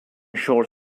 short